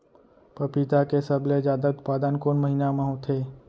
पपीता के सबले जादा उत्पादन कोन महीना में होथे?